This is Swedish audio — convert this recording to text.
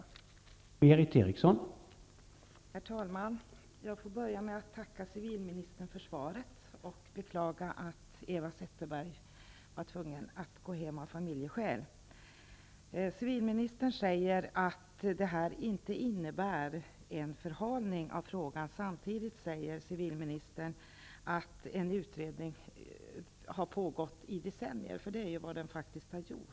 Då Eva Zetterberg, som framställt frågan, anmält att hon var förhindrad att närvara vid sammanträdet, medgav andre vice talmannen att